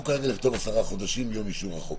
אנחנו כרגע נכתוב 10 חודשים מיום אישור החוק